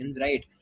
right